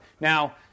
Now